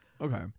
Okay